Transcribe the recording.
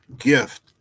gift